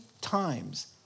times